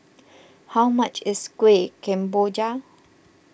how much is Kuih Kemboja